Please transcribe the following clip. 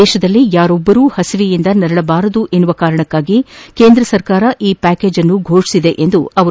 ದೇಶದಲ್ಲಿ ಯಾರೊಬ್ಬರೂ ಹಸಿವೆಯಿಂದ ನರಳಬಾರದು ಎಂಬ ಕಾರಣಕ್ಕಾಗಿ ಕೇಂದ್ರ ಸರ್ಕಾರ ಈ ಪ್ಯಾಕೇಜ್ ಫೋಷಣೆ ಮಾಡಿದೆ ಎಂದರು